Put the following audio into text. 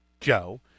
Joe